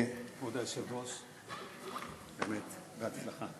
כבוד היושב-ראש, באמת, בהצלחה.